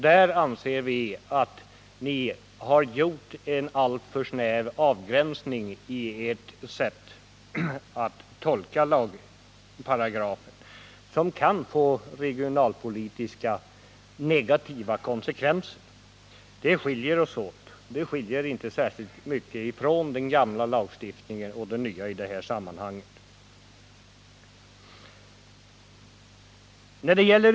Där anser vi att ni gjort en alltför snäv avgränsning vid er tolkning av lagparagrafen, och det kan få negativa regionalpolitiska konsekvenser. Skillnaden mellan den gamla och den nya lagen är inte särskilt stor i det här sammanhanget.